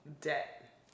debt